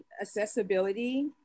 accessibility